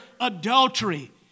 adultery